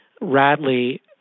Radley